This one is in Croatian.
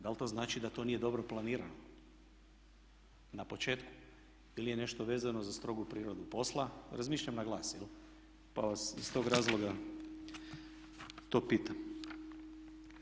Da li to znači da to nije dobro planirano na početku ili je nešto vezano za strogu prirodu posla, razmišljam na glas jel' pa vas iz tog razloga to pitam.